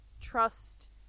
Trust